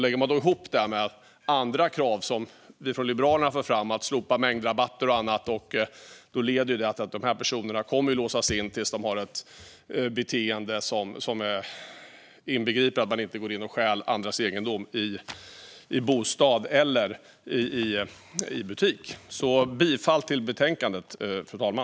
Lägger man ihop detta med andra krav som Liberalerna för fram om att slopa mängdrabatter och annat leder det till att de här personerna kommer att låsas in tills de har ett beteende som inbegriper att de inte går in och stjäl andras egendom i bostad eller i butik. Jag yrkar bifall till förslaget i betänkandet, fru talman.